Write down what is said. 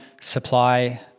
supply